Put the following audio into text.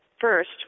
first